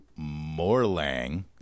Morlang